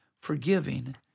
forgiving